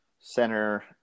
center